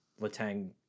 Letang